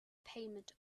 payment